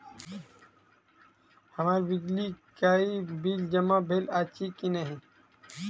हम्मर बिजली कऽ बिल जमा भेल अछि की नहि?